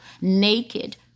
naked